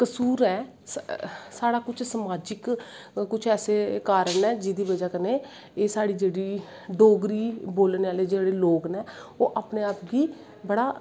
कसूर ऐ साढ़ा कुश समाजिक कुश ऐसे कारन ऐं जेह्दी बज़ा कन्नै एह् जेह्ड़ी साढ़ी डोगरी बोलनें आह्ले लोग नै ओह् अपनें आप गी बड़ा